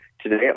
today